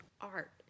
art